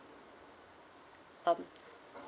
um